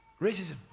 racism